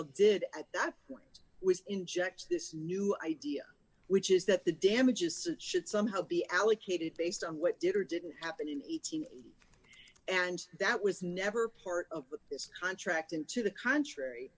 l did at that point was inject this new idea which is that the damages should somehow be allocated based on what did or didn't happen in eighteen and that was never part of this contract and to the contr